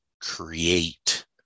create